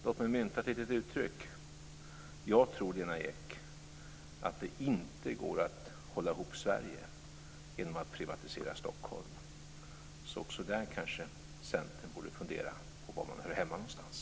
Låt mig mynta ett litet uttryck: Jag tror, Lena Ek, att det inte går att hålla ihop Sverige genom att privatisera Stockholm. Också där kanske Centern borde fundera på var man hör hemma någonstans.